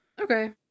Okay